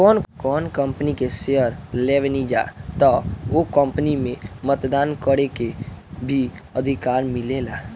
कौनो कंपनी के शेयर लेबेनिजा त ओ कंपनी में मतदान करे के भी अधिकार मिलेला